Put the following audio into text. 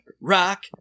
Rock